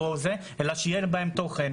אלא שיהיה בהם תוכן.